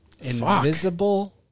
Invisible